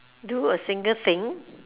do a single thing